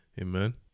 amen